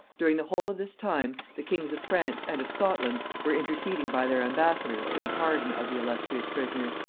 during the whole of this time, the kings of france and of scotland were interceding by their ambassadors for the pardon of the illustrious prisoner.